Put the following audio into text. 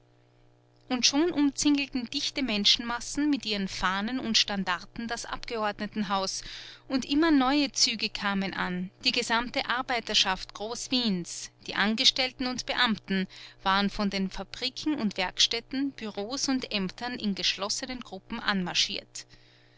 und schon umzingelten dichte menschenmassen mit ihren fahnen und standarten das abgeordnetenhaus und immer neue züge kamen an die gesamte arbeiterschaft groß wiens die angestellten und beamten waren von den fabriken und werkstätten bureaus und aemtern in geschlossenen gruppen anmarschiert